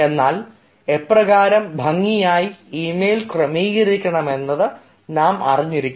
എന്നാൽ എപ്രകാരം ഭംഗിയായി ഇമെയിൽ ക്രമീകരിക്കണം എന്നത് നാം അറിഞ്ഞിരിക്കണം